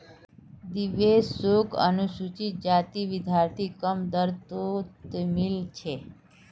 देवेश शोक अनुसूचित जाति विद्यार्थी कम दर तोत मील छे